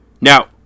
now